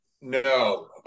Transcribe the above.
No